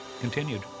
continued